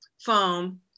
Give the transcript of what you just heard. foam